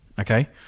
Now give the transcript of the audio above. Okay